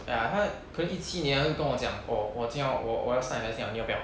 ya 他可能一七年他就跟我讲我我已经要我我要 start investing liao 你要不要